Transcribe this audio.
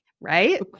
Right